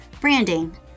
branding